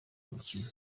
imikino